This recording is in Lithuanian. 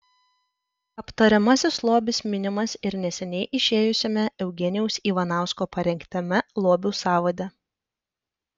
aptariamasis lobis minimas ir neseniai išėjusiame eugenijaus ivanausko parengtame lobių sąvade